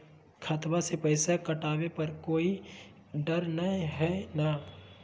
खतबा से पैसबा कटाबे पर कोइ डर नय हय ना?